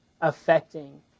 affecting